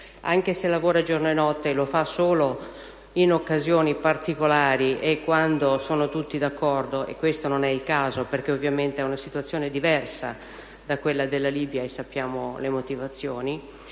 Sicurezza lavorasse giorno e notte (e lo fa solo in occasioni particolari e quando sono tutti d'accordo: questo non è il caso, perché ovviamente è una situazione diversa da quella della Libia, e ne conosciamo le motivazioni).